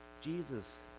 Jesus